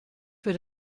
für